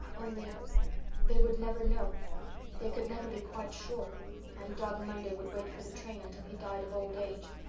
only they would never know they could never be quite sure and dog monday would wait for the train until he died of old age.